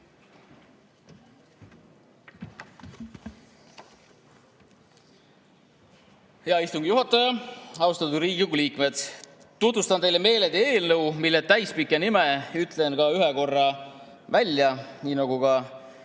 Hea istungi juhataja! Austatud Riigikogu liikmed! Tutvustan teile meeleldi eelnõu, mille täispika nime ütlen ka ühe korra välja, nii nagu ka